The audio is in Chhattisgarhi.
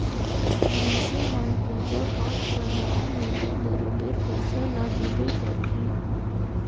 मइनसे मन पूजा पाठ कर नांव में दो बरोबेर पइसा ल देबे करथे